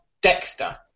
Dexter